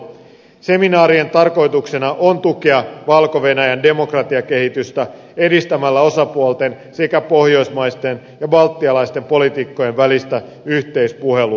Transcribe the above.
seminaarien tarkoituksena on tukea valko venäjän demokratiakehitystä edistämällä osapuolten sekä pohjoismaisten ja balttilaisten poliitikkojen välistä yhteispuhelua